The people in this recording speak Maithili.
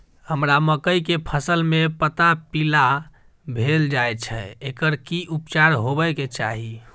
हमरा मकई के फसल में पता पीला भेल जाय छै एकर की उपचार होबय के चाही?